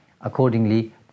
accordingly